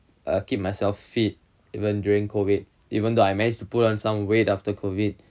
err keep myself fit even during COVID even though I still managed to put on some weight after COVID